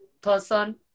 person